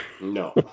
No